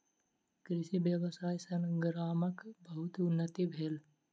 कृषि व्यवसाय सॅ गामक बहुत उन्नति भेल